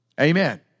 Amen